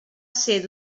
ser